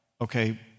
okay